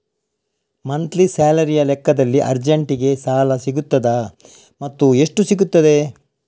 Monthly ಸ್ಯಾಲರಿಯ ಲೆಕ್ಕದಲ್ಲಿ ಅರ್ಜೆಂಟಿಗೆ ಸಾಲ ಸಿಗುತ್ತದಾ ಮತ್ತುಎಷ್ಟು ಸಿಗುತ್ತದೆ?